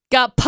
Got